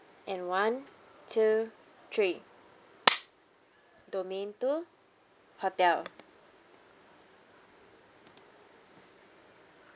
and one two three domain two hotel